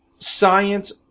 science